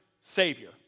Savior